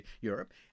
Europe